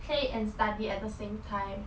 play and study at the same time